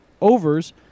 overs